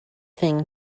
thing